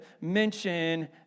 mention